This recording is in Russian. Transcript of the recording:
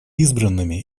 избранными